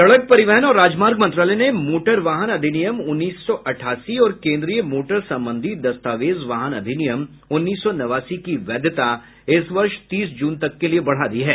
सड़क परिवहन और राजमार्ग मंत्रालय ने मोटर वाहन अधिनियम उन्नीस सौ अठासी और केंद्रीय मोटर संबंधी दस्तावेज वाहन अधिनियम उन्नीस सौ नवासी की वैधता इस वर्ष तीस जून तक के लिए बढ़ा दी है